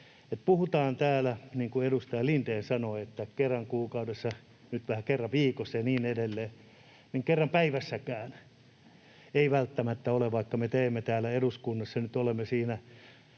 Puhutaan, niin kuin edustaja Lindén sanoo, että testataan kerran kuukaudessa, nyt kerran viikossa ja niin edelleen, mutta kerran päivässäkään ei välttämättä, vaikka me täällä eduskunnassa nyt olemme siinä